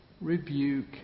rebuke